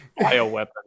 bioweapon